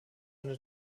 eine